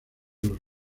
los